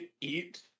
eat